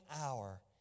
hour